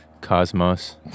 cosmos